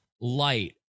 light